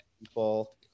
people